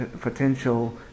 potential